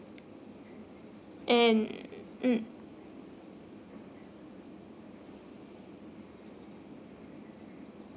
and mm